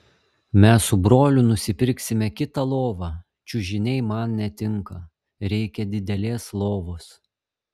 mes su broliu nusipirksime kitą lovą čiužiniai man netinka reikia didelės lovos